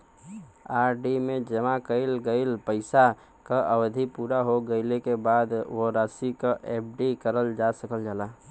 RD में जमा कइल गइल पइसा क अवधि पूरा हो गइले क बाद वो राशि क एफ.डी करल जा सकल जाला